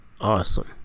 Awesome